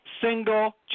single